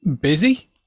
busy